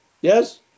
Yes